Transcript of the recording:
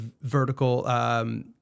vertical